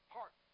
Heart